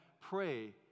pray